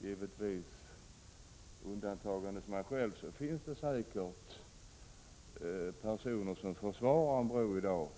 Givetvis finns det, med undantag av mig själv, säkert personer som försvarar en bro i dag